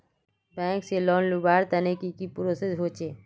Bank से loan लुबार तने की की प्रोसेस होचे?